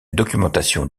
documentation